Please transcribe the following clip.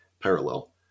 parallel